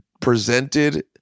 presented